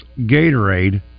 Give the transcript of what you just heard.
Gatorade